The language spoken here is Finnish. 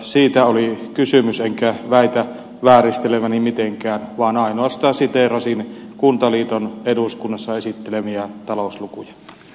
siitä oli kysymys enkä väitä vääristeleväni mitenkään vaan ainoastaan siteerasin kuntaliiton eduskunnassa esittelemiä talouslukuja